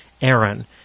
Aaron